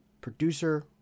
producer